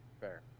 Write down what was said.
fair